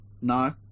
no